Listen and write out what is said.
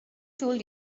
told